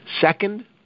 Second